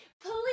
Please